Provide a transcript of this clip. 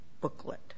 booklet